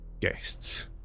guests